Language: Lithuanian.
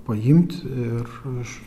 paimti ir aš